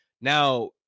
now